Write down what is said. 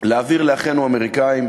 לאחינו האמריקנים,